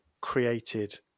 created